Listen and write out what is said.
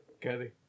Kathy